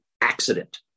accident